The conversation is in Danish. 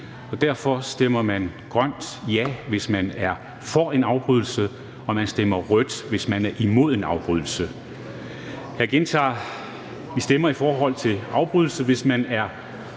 Derfor stemmer man grønt, hvis man er for en afbrydelse, og man stemmer rødt, hvis man er imod en afbrydelse. Jeg gentager, at vi stemmer i forhold til en afbrydelse, og hvis man er